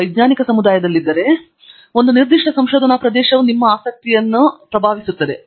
ನೀವು ವೈಜ್ಞಾನಿಕ ಸಮುದಾಯದಲ್ಲಿದ್ದರೆ ಒಂದು ನಿರ್ದಿಷ್ಟ ಸಂಶೋಧನಾ ಪ್ರದೇಶದಲ್ಲಿ ನಿಮ್ಮ ಆಸಕ್ತಿಯನ್ನು ಸಹ ಪ್ರಭಾವಿಸುತ್ತದೆ